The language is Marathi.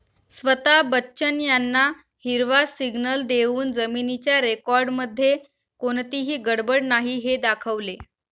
स्वता बच्चन यांना हिरवा सिग्नल देऊन जमिनीच्या रेकॉर्डमध्ये कोणतीही गडबड नाही हे दाखवले